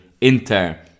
Inter